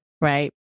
right